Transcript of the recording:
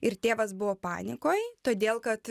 ir tėvas buvo panikoj todėl kad